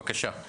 בבקשה.